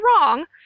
wrong